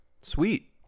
Sweet